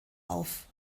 auf